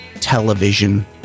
television